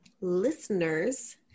listeners